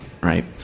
Right